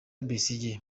besigye